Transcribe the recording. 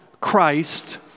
Christ